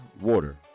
water